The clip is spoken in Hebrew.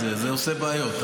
זה עושה בעיות.